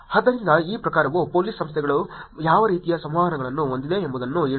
ಆದ್ದರಿಂದ ಈ ಪ್ರಕಾರವು ಪೊಲೀಸ್ ಸಂಸ್ಥೆಗಳ ಯಾವ ರೀತಿಯ ಸಂವಹನಗಳನ್ನು ಹೊಂದಿದೆ ಎಂಬುದನ್ನು ಹೇಳುತ್ತದೆ